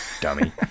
dummy